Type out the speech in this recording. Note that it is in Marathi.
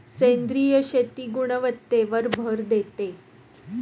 सेंद्रिय शेती गुणवत्तेवर भर देते